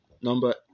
number